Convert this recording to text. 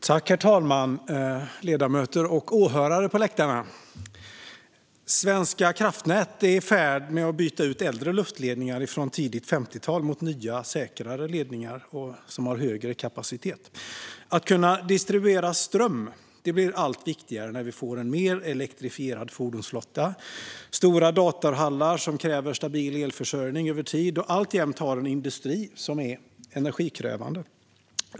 Herr talman, ledamöter och åhörare på läktaren! Svenska kraftnät är i färd med att byta ut äldre luftledningar från tidigt 50-tal mot nya säkrare ledningar med högre kapacitet. Att kunna distribuera ström blir allt viktigare när vi får en mer elektrifierad fordonsflotta och stora datorhallar som kräver stabil elförsörjning över tid och alltjämt har en industri som är energikrävande.